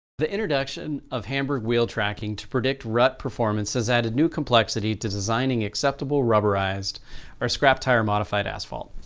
the introduction of hamburg wheel tracking to predict rut performance has added new complexity to designing acceptable rubberized or scrap tire modified asphalt.